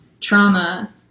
Trauma